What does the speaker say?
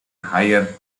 higher